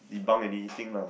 debunk anything lah